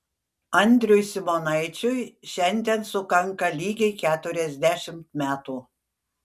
andriui simonaičiui šiandien sukanka lygiai keturiasdešimt metų